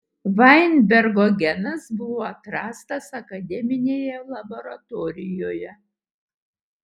vainbergo genas buvo atrastas akademinėje laboratorijoje